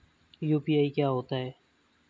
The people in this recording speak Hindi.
यू.पी.आई क्या होता है?